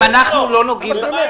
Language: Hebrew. כל הזמן